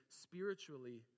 spiritually